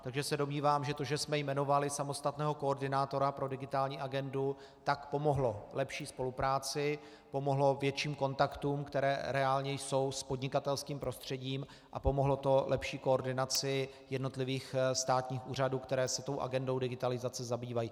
Takže se domnívám, že to, že jsme jmenovali samostatného koordinátora pro digitální agendu, pomohlo lepší spolupráci, pomohlo větším kontaktům, které reálně jsou s podnikatelským prostředím, a pomohlo to lepší koordinaci jednotlivých státních úřadů, které se tou agendou digitalizace zabývají.